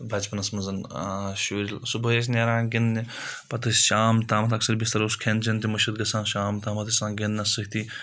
بَچپَنَس منٛز شُرۍ صُبحٲے ٲسۍ نَیران گِنٛدنہِ پَتہٕ ٲسۍ شام تامَتھ اَکثر بَیٚشتَر اوس کھؠن چؠن تہِ مٔشِد گژھان شام تامَتھ گِنٛدنَس سۭتی